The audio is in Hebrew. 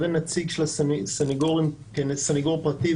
כסנגור פרטי,